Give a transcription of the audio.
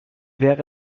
wäre